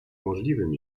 możliwym